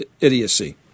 idiocy